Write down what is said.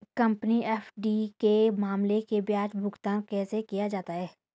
Company FD के मामले में ब्याज भुगतान कैसे किया जाता है?